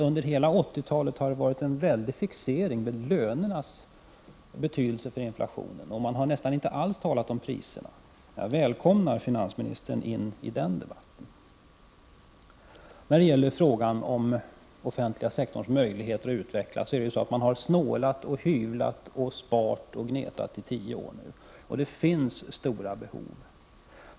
Under hela 80-talet har det ju varit en väldig fixering vid lönernas betydelse för inflationen, och man har nästan inte alls talat om priserna. Jag välkomnar finansministern in i denna debatt. Beträffande frågan om den offentliga sektorns möjligheter att utveckla är det så att man har snålat, hyvlat, spart och gnetat i tio års tid nu, och det finns stora behov.